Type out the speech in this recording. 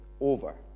over